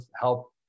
help